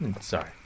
Sorry